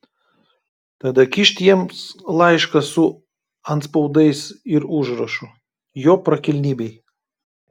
tada kyšt jiems laišką su antspaudais ir užrašu jo prakilnybei